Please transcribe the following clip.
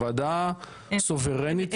הוועדה סוברנית.